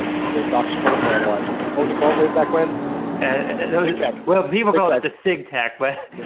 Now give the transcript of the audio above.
um the doctor protocol analyzer over the call way back when and well people call that a cig tech but